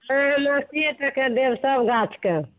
नहि हम अस्सीए टके देब सभगाछके